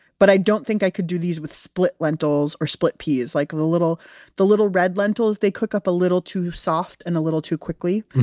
but i don't think i could do these with split lentils or split peas. like the little the little red lentils, they cook up a little too soft and a little too quickly.